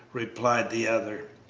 replied the other.